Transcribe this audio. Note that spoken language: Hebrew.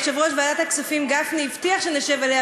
יושב-ראש ועדת הכספים גפני הבטיח שנשב עליה